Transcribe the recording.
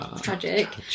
tragic